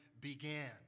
began